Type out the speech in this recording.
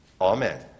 Amen